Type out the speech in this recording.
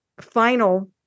final